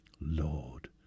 Lord